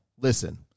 listen